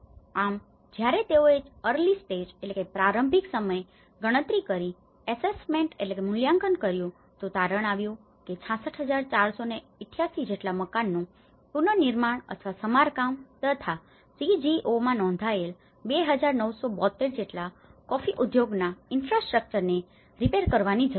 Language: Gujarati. આમ જ્યારે તેઓએ અર્લી સ્ટેજની early stage પ્રારંભિક સમય ગણતરી કરી ઍસેસમેન્ટ assessment મૂલ્યાંકન કર્યું તો તારણ આવ્યું કે 66488 જેટલા મકાનોનું પુનનિર્માણ અથવા સમારકામ તથા CGOમાં નોંધાયેલા 2972 જેટલા કોફી ઉદ્યોગના ઇનફ્રાસ્ટ્રક્ચરને infrastructures માળખા રીપેર repair સમારકામ કરવાની જરૂર છે